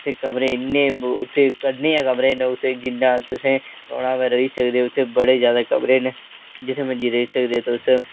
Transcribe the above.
उत्थै कमरे इन्ने कन्नै गै कमरे न उत्थै जि'यां तुसें रौह्ना होवे रेही सकदे ओह् उत्थै बड़े जैदा कमरे न जित्थै मर्जी रेही सकदे ओ तुस